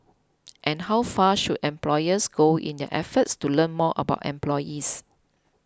and how far should employers go in their efforts to learn more about employees